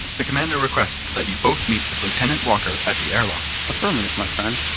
the commander requests that you both meet with lieutenant walker at the airlock affirmative, my friend.